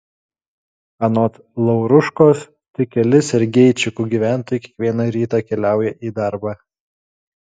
anot lauruškos tik keli sergeičikų gyventojai kiekvieną rytą keliauja į darbą